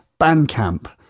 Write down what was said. Bandcamp